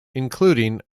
including